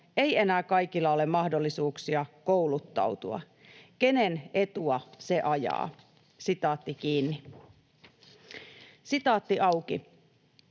ei enää kaikilla ole mahdollisuuksia kouluttautua. Kenen etua se ajaa?” ”Olen kahden